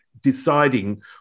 deciding